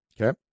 Okay